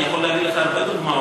אני יכול להביא לך הרבה דוגמאות,